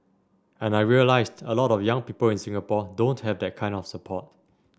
and I realised a lot of young people in Singapore don't have that kind of support